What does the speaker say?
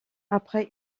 après